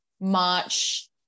March